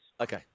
Okay